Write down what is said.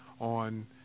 on